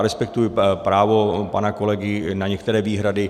Respektuji právo pana kolegy na některé výhrady.